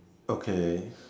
okay